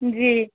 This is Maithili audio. जी